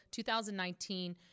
2019